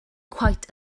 quite